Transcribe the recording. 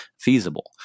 feasible